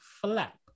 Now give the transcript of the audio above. Flap